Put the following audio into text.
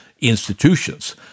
institutions